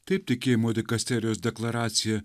taip tikėjimo dikasterijos deklaraciją